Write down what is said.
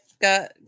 got